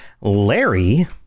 Larry